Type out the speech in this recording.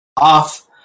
off